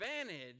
advantage